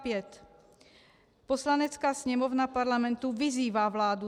V. Poslanecká sněmovna Parlamentu vyzývá vládu